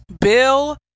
Bill